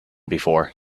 before